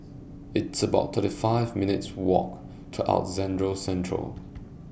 It's about thirty five minutes' Walk to Alexandra Central